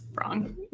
wrong